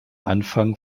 anfang